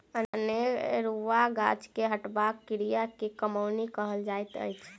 अनेरुआ गाछ के हटयबाक क्रिया के कमौनी कहल जाइत अछि